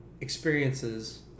experiences